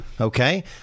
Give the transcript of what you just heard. Okay